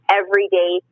everyday